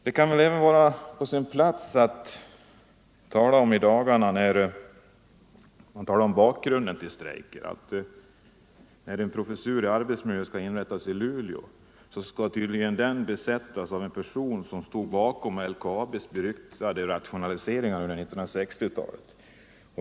Det kan även vara på sin plats att omtala att när i dagarna en professur i arbetsmiljö skall inrättas i Luleå skall den tydligen besättas med en person som stod bakom LKAB:s beryktade rationaliseringar under 1960 talet.